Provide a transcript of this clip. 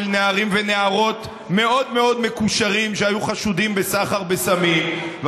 נערים ונערות מאוד מאוד מקושרים שהיו חשודים בסחר בסמים,